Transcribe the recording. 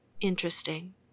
Interesting